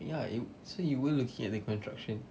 ya so you were looking at the construction